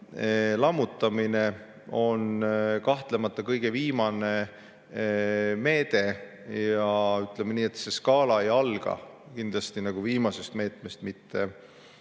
Lammutamine on kahtlemata kõige viimane meede ja ütleme nii, et see skaala ei alga kindlasti viimasest meetmest. Pigem